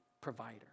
provider